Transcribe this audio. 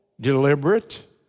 deliberate